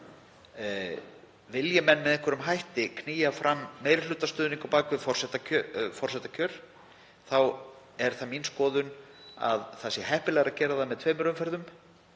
Vilji menn með einhverjum hætti knýja fram meirihlutastuðning á bak við forsetakjör þá er það mín skoðun að heppilegra sé að gera það með tveimur umferðum